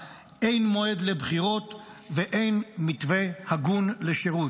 אין מועד לבחירות ואין מתווה הגון לשירות.